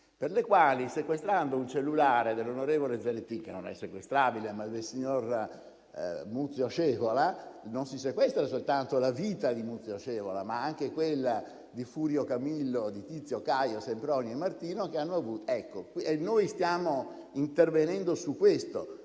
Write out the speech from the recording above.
per il quale sequestrando un cellulare non dell'onorevole Zanettin (che non è sequestrabile) ma del signor Muzio Scevola, non si sequestra soltanto la vita di Muzio Scevola, ma anche quella di Furio Camillo, di Tizio, Caio, Sempronio e Martino. Noi stiamo